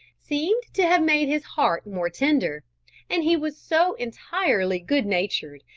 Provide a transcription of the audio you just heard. seemed to have made his heart more tender and he was so entirely good-natured,